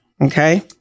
okay